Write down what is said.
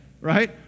right